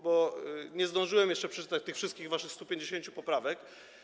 Bo nie zdążyłem jeszcze przeczytać tych wszystkich waszych 150 poprawek.